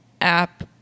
app